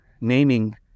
naming